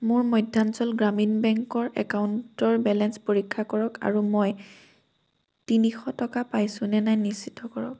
মোৰ মধ্যাঞ্চল গ্ৰামীণ বেংকৰ একাউণ্টৰ বেলেঞ্চ পৰীক্ষা কৰক আৰু মই তিনিশ টকা পাইছোঁ নে নাই নিশ্চিত কৰক